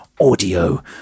Audio